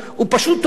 הוא פשוט טועה.